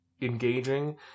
engaging